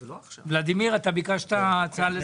ולדימיר, אתה ביקשת הצעה לסדר.